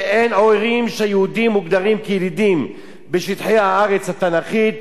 שאין עוררין שיהודים מוגדרים כילידים בשטחי הארץ התנ"כית,